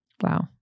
Wow